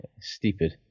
stupid